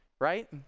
right